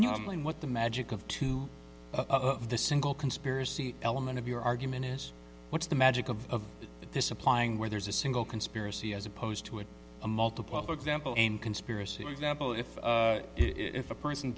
normally what the magic of two of the single conspiracy element of your argument is what's the magic of this applying where there's a single conspiracy as opposed to an a multiple for example and conspiracy example if if a person